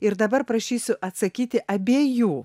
ir dabar prašysiu atsakyti abiejų